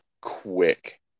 quick